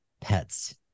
pets